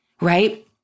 right